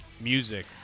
music